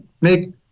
make